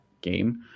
game